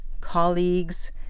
colleagues